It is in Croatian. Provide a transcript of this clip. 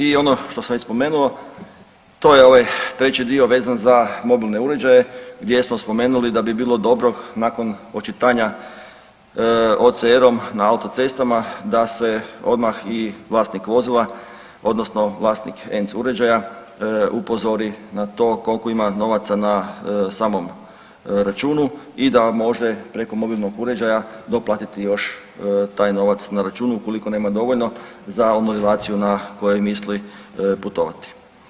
I ono što sam već spomenuo, to je ovaj treći dio vezan za mobilne uređaje gdje smo spomenuli da bi bilo dobro nakon očitanja OCR-om na autocestama da se odmah i vlasnik vozila odnosno vlasnik ENC uređaja upozori na to koliko ima novaca na samom računu i da može preko mobilnog uređaja doplatiti još taj novac na računu ukoliko nema dovoljno za onu relaciju na kojoj misli putovati.